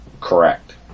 Correct